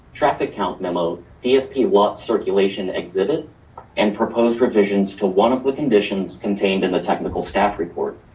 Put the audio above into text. traffic count memo, vsp, what circulation exhibit and proposed revisions to one of the conditions contained in the technical staff report.